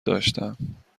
داشتم